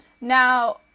Now